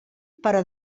però